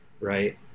right